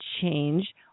change